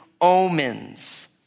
omens